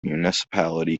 municipality